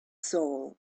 soul